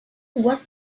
what